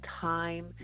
time